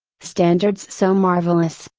standards so marvelous,